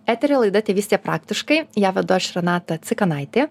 eteryje laida tėvystė praktiškai ją vedu aš renata cikanaitė